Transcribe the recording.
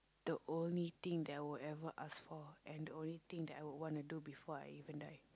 the only thing that I would ever ask for and the only thing that I would want to do before I even die